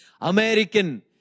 American